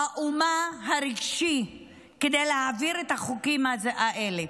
"המצב הרגשי של האומה" כדי להעביר את החוקים האלה,